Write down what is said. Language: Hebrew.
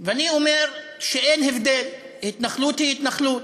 ואני אומר שאין הבדל: התנחלות היא התנחלות,